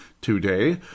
today